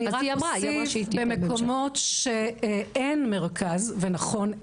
במקומות שאין מרכז ונכון,